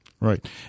right